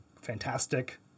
fantastic